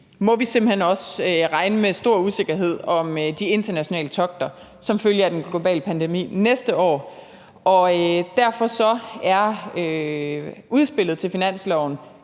må vi simpelt hen også regne med en stor usikkerhed om de internationale togter næste år som følge af den globale pandemi. Derfor er der i udspillet til finansloven